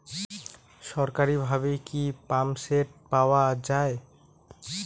সরকারিভাবে কি পাম্পসেট পাওয়া যায়?